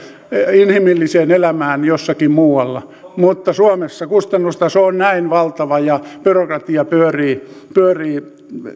inhimilliseen elämään jossakin muualla mutta suomessa kustannustaso on näin valtava ja byrokratia pyörii pyörii